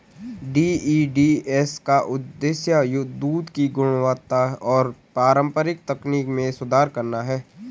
DEDS का उद्देश्य दूध की गुणवत्ता और पारंपरिक तकनीक में सुधार करना है